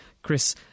Chris